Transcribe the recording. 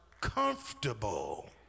comfortable